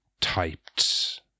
typed